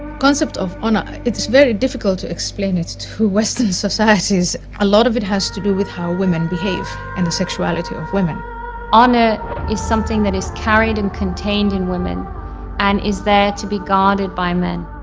concept of honor it is very difficult to explain it to western societies a lot of it has to do with how women behave and the sexuality of women honor is something that is carried and contained in women and is there to be guarded by men?